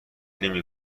نمی